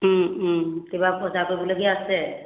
কিবা বজাৰ কৰিবলগীয়া আছে